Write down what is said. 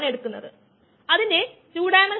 rPpuvvvmSKmS ഇത് പരിചിതമായി തോന്നുന്നുണ്ടോ